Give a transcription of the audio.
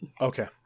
Okay